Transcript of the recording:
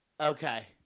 Okay